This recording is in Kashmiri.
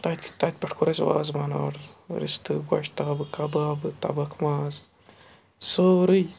تَتہِ تَتہِ پٮ۪ٹھ کوٚر اَسہِ وازوان آرڈَر رِستہٕ گۄشتابہٕ کَبابہٕ تَبَکھ ماز سٲرٕے